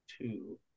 two